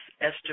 Esther